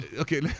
okay